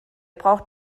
braucht